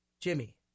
Jimmy